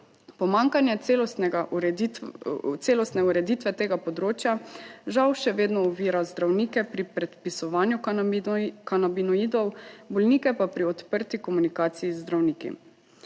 celostnega, celostne ureditve tega področja žal še vedno ovira zdravnike pri predpisovanju kanabinoidov, bolnike pa pri odprti komunikaciji z zdravniki.